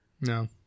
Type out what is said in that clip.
No